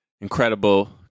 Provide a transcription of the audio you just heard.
incredible